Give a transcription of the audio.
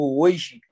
hoje